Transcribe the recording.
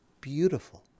beautiful